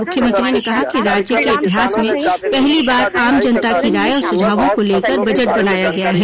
मुख्यमंत्री ने कहा कि राज्य के इतिहास में पहली बार आम जनता की राय और सुझावों को लेकर बजट बनाया गया है